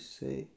say